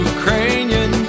Ukrainian